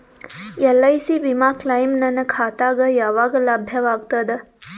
LIC ವಿಮಾ claim ನನ್ನ ಖಾತಾಗ ಯಾವಾಗ ಲಭ್ಯವಾಗತದ?